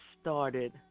started